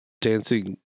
Dancing